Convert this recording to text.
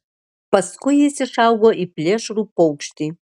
paskui jis išaugo į plėšrų paukštį